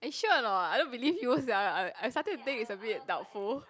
are you sure or not I don't believe you sia I I started to think it's a bit doubtful